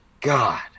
God